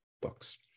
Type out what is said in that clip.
books